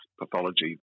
pathology